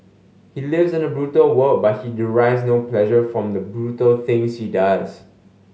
he lives in a brutal world but he derives no pleasure from the brutal things he does